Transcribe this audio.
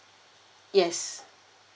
yes